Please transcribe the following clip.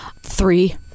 Three